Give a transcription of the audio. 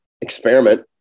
experiment